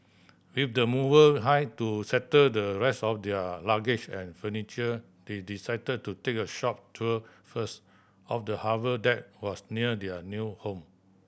with the mover hired to settle the rest of their luggage and furniture they decided to take a short tour first of the harbour that was near their new home